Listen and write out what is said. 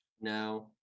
Now